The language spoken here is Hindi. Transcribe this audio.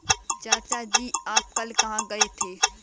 चाचा जी आप कल कहां गए थे?